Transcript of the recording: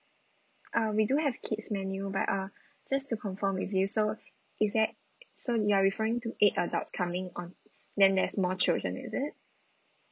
uh we do have kids menu but uh just to confirm with you so is there so you're referring to eight adults coming on then there's more children is it